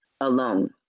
alone